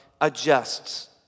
adjusts